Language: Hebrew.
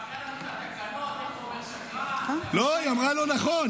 --- למה איפה ואיפה --- לא, היא אמרה לו נכון.